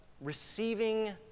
receiving